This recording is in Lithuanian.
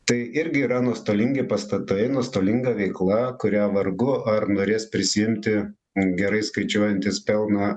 tai irgi yra nuostolingi pastatai nuostolinga veikla kurią vargu ar norės prisiimt gerai skaičiuojantis pelną